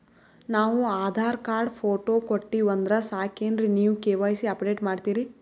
ನಾವು Aadhaar card, photo ಕೊಟ್ಟೀವಂದ್ರ ಸಾಕೇನ್ರಿ ನೀವ ಕೆ.ವೈ.ಸಿ ಅಪಡೇಟ ಮಾಡ್ತೀರಿ?